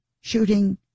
shooting